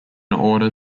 order